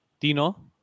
Tino